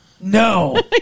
no